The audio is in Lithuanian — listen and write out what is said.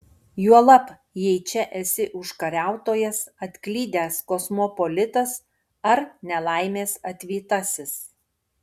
juolab jei čia esi užkariautojas atklydęs kosmopolitas ar nelaimės atvytasis